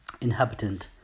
Inhabitant